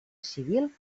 civil